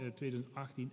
2018